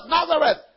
Nazareth